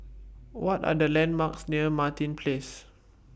What Are The landmarks near Martin Place